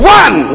one